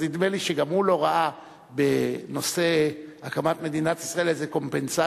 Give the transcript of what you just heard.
אז נדמה לי שגם הוא לא ראה בנושא הקמת מדינת ישראל איזו קומפנסציה,